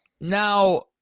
Now